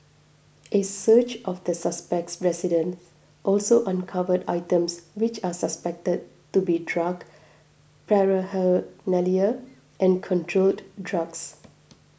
a search of the suspect's residence also uncovered items which are suspected to be drug paraphernalia and controlled drugs